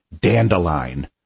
Dandelion